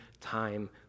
time